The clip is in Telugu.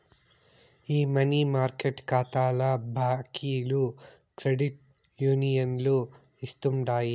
ఈ మనీ మార్కెట్ కాతాల బాకీలు క్రెడిట్ యూనియన్లు ఇస్తుండాయి